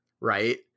right